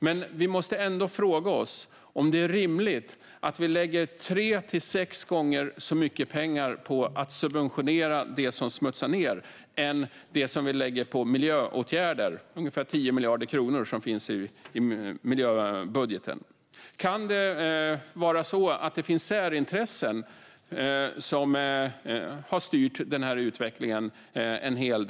Men vi måste ändå fråga oss om det är rimligt att vi lägger tre till sex gånger mer på att subventionera det som smutsar ned än vi lägger på miljöåtgärder - ungefär 10 miljarder kronor i miljöbudgeten. Kan det vara så att särintressen har styrt denna utveckling en hel del?